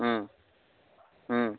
ও ও